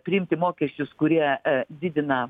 priimti mokesčius kurie didina